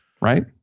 right